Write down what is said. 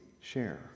share